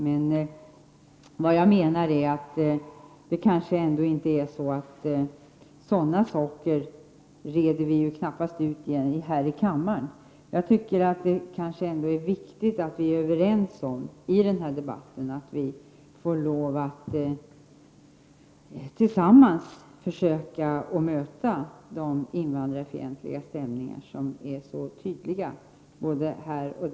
Men vad jag menar är att vi knappast reder ut sådana saker här i kammaren. Jag tycker dock att det är viktigt att vi är överens i denna debatt om att tillsammans försöka möta de invandrarfientliga stämningar som i dag är så tydliga på olika håll.